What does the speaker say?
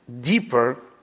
deeper